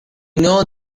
know